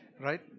right